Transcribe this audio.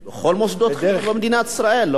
בכל מוסדות החינוך במדינת ישראל, לא?